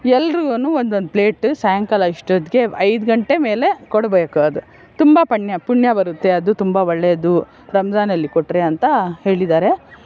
ಎಲ್ರಿಗೂನು ಒಂದೊಂದು ಪ್ಲೇಟ್ ಸಾಯಂಕಾಲ ಅಷ್ಟೊತ್ತಿಗೆ ಐದು ಗಂಟೆ ಮೇಲೆ ಕೊಡ್ಬೇಕು ಅದು ತುಂಬ ಪುಣ್ಯ ಪುಣ್ಯ ಬರುತ್ತೆ ಅದು ತುಂಬ ಒಳ್ಳೆಯದು ರಂಜಾನಲ್ಲಿ ಕೊಟ್ಟರೆ ಅಂತ ಹೇಳಿದ್ದಾರೆ